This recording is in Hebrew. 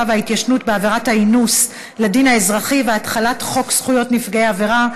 וההתיישנות בעבירת האינוס לדין האזרחי והחלת חוק זכויות נפגעי עבירה),